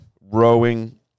Rowing